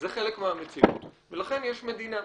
זה חלק מהמציאות ולכן יש מדינה.